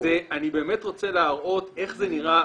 אני באמת רוצה להראות איך זה נראה,